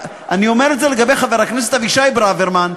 אני אומר את זה לגבי חבר הכנסת אבישי ברוורמן,